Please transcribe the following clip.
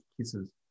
kisses